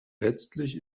letztlich